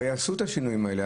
הרי עשו את השינויים האלה.